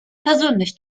persönlich